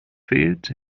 fehlt